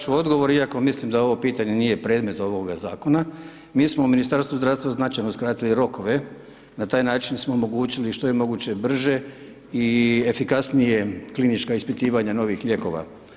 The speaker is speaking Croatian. Dakle odgovor, iako ja mislim da ovo pitanje nije predmet ovoga zakona, mi smo u Ministarstvu zdravstva značajno skratili rokove, na taj način smo omogućili što je moguć brže efikasnije klinička ispitivanja novih lijekova.